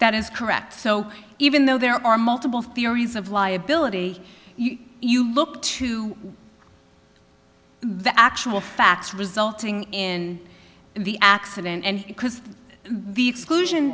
that is correct so even though there are multiple theories of liability you look to the actual facts resulting in the accident and because the exclusion